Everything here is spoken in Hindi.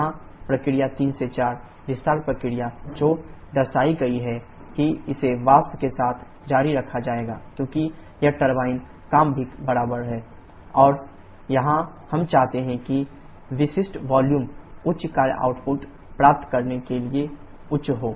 यहाँ प्रक्रिया 3 4 विस्तार प्रक्रिया जो दर्शाई गई है कि इसे वाष्प के साथ जारी रखा जाएगा क्योंकि यह टरबाइन काम भी बराबर है WT 12dP और यहां हम चाहते हैं कि विशिष्ट वॉल्यूम उच्च कार्य आउटपुट प्राप्त करने के लिए उच्च हो